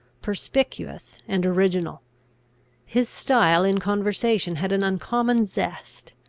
perspicuous, and original his style in conversation had an uncommon zest.